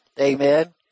Amen